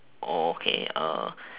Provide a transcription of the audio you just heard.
oh okay uh